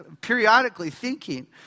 periodically—thinking